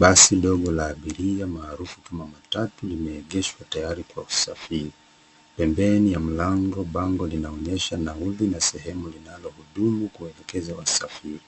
Basi dogo la abiria maarufu kama matatu limeegeshwa tayari kwa usafiri. Pembeni ya mlango bango linaonyesha nauli na sehemu linalohudumu kuelekeza wasafiri.